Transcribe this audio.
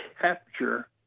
capture